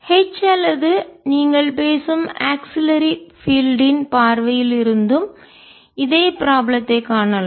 H அல்லது நீங்கள் பேசும் ஆக்ஸிலரி பீல்டு ன் பார்வையில் இருந்தும் இதே ப்ராப்ளத்தை காணலாம்